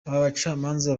bacamanza